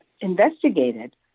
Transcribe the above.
investigated